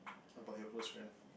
about your close friend